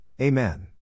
Amen